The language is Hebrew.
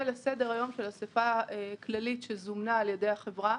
לסדר היום של אסיפה כללית שזומנה על ידי החברה,